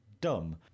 Dumb